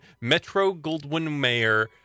Metro-Goldwyn-Mayer